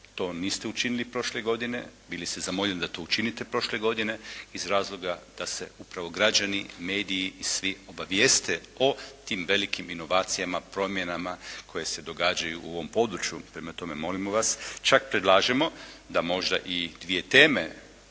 To niste učinili prošle godine, bili ste zamoljeno da to učinite prošle godine iz razloga da se upravo građani, mediji i svi obavijeste o tim velikim inovacijama, promjenama koje se događaju u ovom području. Prema tome, molim vas, čak predlažemo da možda i dvije teme